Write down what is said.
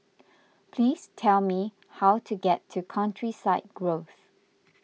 please tell me how to get to Countryside Grove